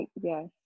Yes